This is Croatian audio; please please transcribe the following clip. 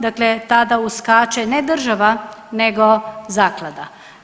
Dakle, tada uskače ne država nego zaklada.